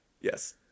Yes